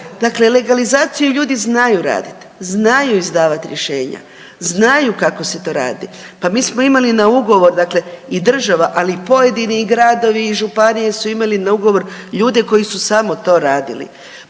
Dakle, legalizaciju ljudi znaju raditi, znaju izdavat rješenja, znaju kako se to radi. Pa mi smo imali na ugovor dakle i država, ali i pojedini gradovi i županije su imali na ugovor ljude koji su samo to radili.